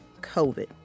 COVID